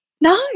No